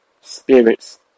Spirits